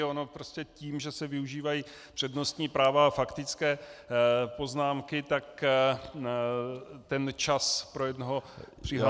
Ono prostě tím, že se využívají přednostní práva a faktické poznámky, tak ten čas pro jednoho přihlášeného